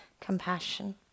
compassion